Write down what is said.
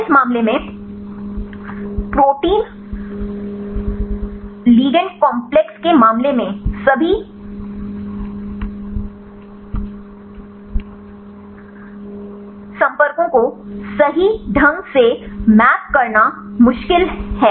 इस मामले में प्रोटीन लिगैंड कॉम्प्लेक्स के मामले में सभी संपर्कों को सही ढंग से मैप करना मुश्किल है